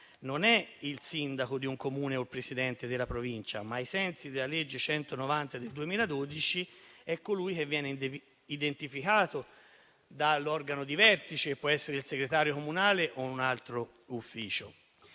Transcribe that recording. non è il sindaco del Comune o il presidente della Provincia, ma, ai sensi della legge n. 190 del 2012, è colui che viene identificato dall'organo di vertice, che può essere il segretario comunale o un altro ufficio.